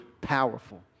powerful